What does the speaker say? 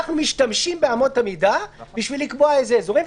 אנחנו משתמשים באמות המידה כדי לקבוע אזורים.